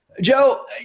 Joe